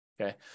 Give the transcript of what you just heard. Okay